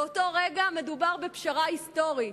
באותו רגע מדובר בפשרה היסטורית.